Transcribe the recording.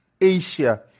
Asia